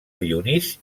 dionís